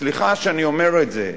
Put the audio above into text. סליחה שאני אומר את זה,